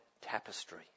tapestry